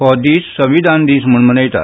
हो दीस संविधान दीस म्हणून मनयतात